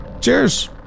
Cheers